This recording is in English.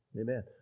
Amen